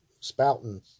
spouting